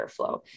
airflow